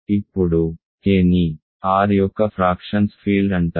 ఇప్పుడు K ని R యొక్క ఫ్రాక్షన్స్ ఫీల్డ్ అంటారు